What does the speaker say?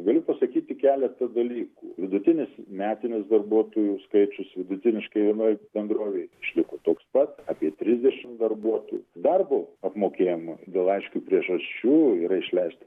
galiu pasakyti keletą dalykų vidutinis metinis darbuotojų skaičius vidutiniškai vienai bendrovei išliko toks pat apie trisdešimtdarbuotojų darbo apmokėjimui dėl aiškių priežasčių yra išleista